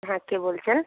হ্যাঁ কে বলছেন